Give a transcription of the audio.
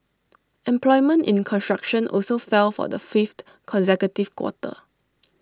employment in construction also fell for the fifth consecutive quarter